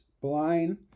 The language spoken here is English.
blind